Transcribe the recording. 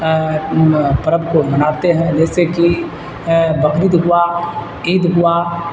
پرب کو مناتے ہیں جیسے کہ بقرید ہوا عید ہوا